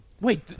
Wait